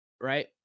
right